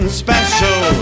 special